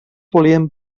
volien